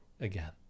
again